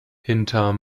hinter